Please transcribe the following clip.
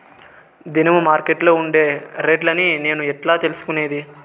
దినము మార్కెట్లో ఉండే రేట్లని నేను ఎట్లా తెలుసుకునేది?